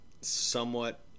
somewhat